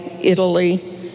Italy